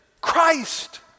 Christ